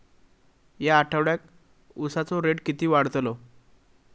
या आठवड्याक उसाचो रेट किती वाढतलो?